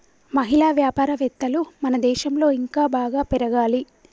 మహిళా వ్యాపారవేత్తలు మన దేశంలో ఇంకా బాగా పెరగాలి